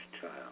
Child